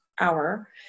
hour